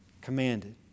commanded